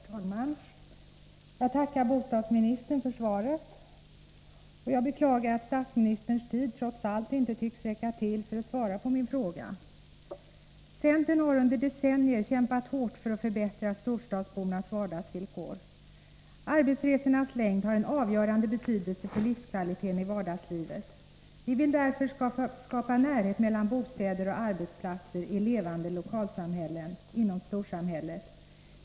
Herr talman! Jag tackar bostadsministern för svaret. Jag beklagar att statsministerns tid trots allt inte tycks räcka till för att svara på min fråga. Centern har under decennier kämpat hårt för att förbättra storstadsbornas vardagsvillkor. Arbetsresornas längd har en avgörande betydelse för livskvaliteten i vardagslivet. Vi vill därför skapa närhet mellan bostäder och arbetsplatser i levande lokalsamhällen inom storsamhället.